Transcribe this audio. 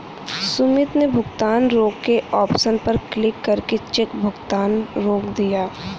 सुमित ने भुगतान रोके ऑप्शन पर क्लिक करके चेक भुगतान रोक दिया